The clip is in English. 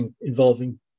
involving